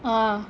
ah